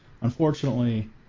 Unfortunately